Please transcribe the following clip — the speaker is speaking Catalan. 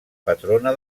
patrona